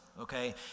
Okay